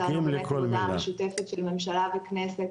לנו באמת עבודה משותפת של ממשלה וכנסת